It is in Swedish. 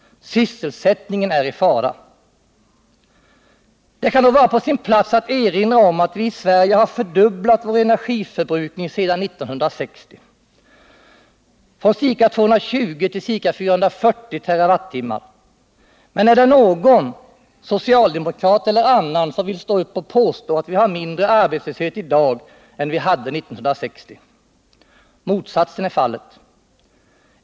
Sysselsättningen är i fara. Det kan då vara på sin plats att erinra om att vi i Sverige har fördubblat vår energiförbrukning sedan 1960 från ca 220 till ca 440 TWh. Men är det någon, socialdemokrat eller annan, som vill stå upp och påstå att vi har mindre arbetslöshet i dag än vi hade 1960? Motsatsen är fallet.